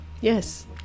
Yes